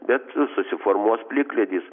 bet susiformuos plikledis